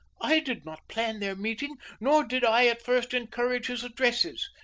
i did not plan their meeting, nor did i at first encourage his addresses.